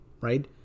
right